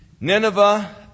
Nineveh